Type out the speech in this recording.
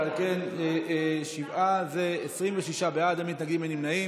19 בעד, אין מתנגדים, אין נמנעים.